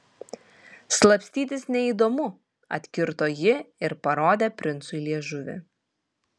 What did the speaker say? slapstytis neįdomu atkirto ji ir parodė princui liežuvį